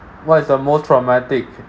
what is the most traumatic